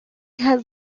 has